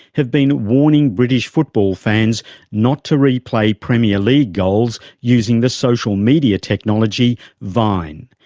have been warning british football fans not to replay premier league goals using the social media technology vine.